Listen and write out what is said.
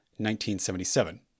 1977